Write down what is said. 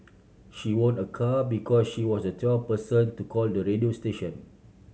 she won a car because she was the twelfth person to call the radio station